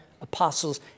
apostles